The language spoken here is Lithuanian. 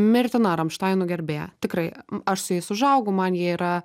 mirtina ramštainų gerbėja tikrai aš su jais užaugau man jie yra